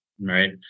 right